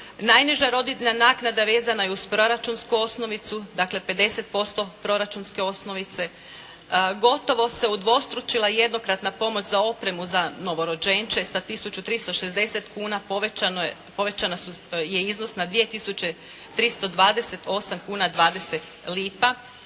najniža rodiljna naknada vezana je uz proračunsku osnovicu, dakle 50% proračunske osnovice. Gotovo se udvostručila jednokratna pomoć za opremu za novorođenče sa tisuću 360 kuna povećan je iznos na 2 tisuće 328 kuna 20 lipa.